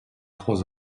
trois